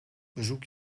bezoek